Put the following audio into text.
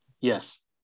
Yes